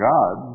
God